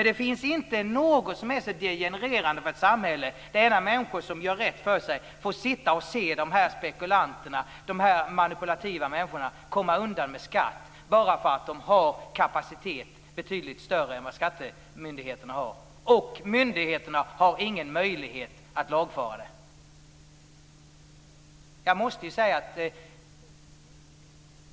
Det finns nämligen inte något som är så degenererande för ett samhälle som att människor som gör rätt för sig får se spekulanterna, dessa manipulativa människor, komma undan med skatt bara för att de har en kapacitet som är betydligt större än skattemyndigheternas. Dessutom har myndigheterna inte någon möjlighet att lagföra det.